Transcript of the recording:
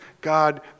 God